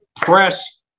press